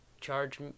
charge